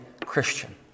Christian